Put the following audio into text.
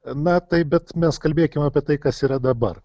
na taip bet mes kalbėkim apie tai kas yra dabar